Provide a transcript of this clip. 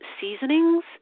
seasonings